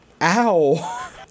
Ow